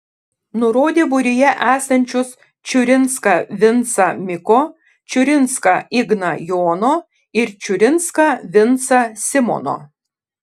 nurodė būryje esančius čiurinską vincą miko čiurinską igną jono ir čiurinską vincą simono